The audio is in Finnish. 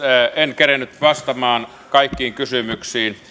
en kerennyt vastaamaan kaikkiin kysymyksiin